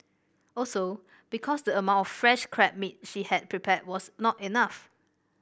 also because the amount of fresh crab meat she had prepared was not enough